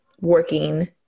working